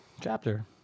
Chapter